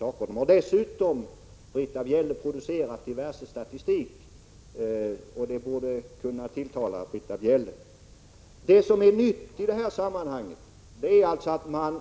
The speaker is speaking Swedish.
Rådet har dessutom producerat diverse statistik, och det borde kunna tilltala Britta Bjelle. Det som är nytt i detta sammanhang är att man